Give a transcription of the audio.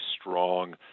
strong